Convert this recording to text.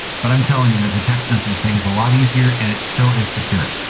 but i'm telling you, the text messages thing is a lot easier and it still is secure.